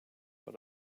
but